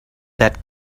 that